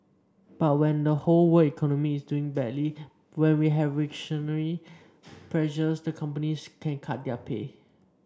but when the whole week economy is doing badly when we have recessionary pressures the companies can cut their pay